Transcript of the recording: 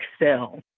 excel